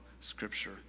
scripture